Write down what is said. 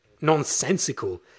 nonsensical